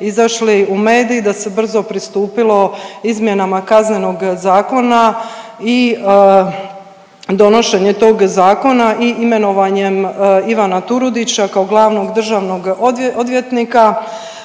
izašli u medije da se brzo pristupilo izmjenama Kaznenog zakona i donošenje tog zakona i imenovanjem Ivana Turudića kao glavnog državnog odvjetnika